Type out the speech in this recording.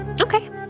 okay